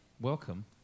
welcome